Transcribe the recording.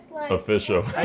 official